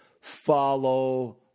follow